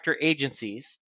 agencies